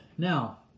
Now